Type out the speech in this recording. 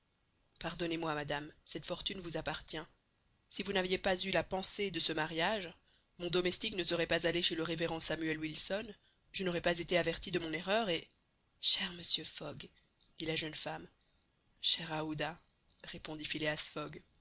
pardonnez-moi madame cette fortune vous appartient si vous n'aviez pas eu la pensée de ce mariage mon domestique ne serait pas allé chez le révérend samuel wilson je n'aurais pas été averti de mon erreur et cher monsieur fogg dit la jeune femme chère aouda répondit